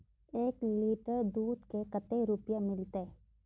एक लीटर दूध के कते रुपया मिलते?